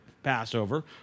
Passover